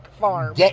farm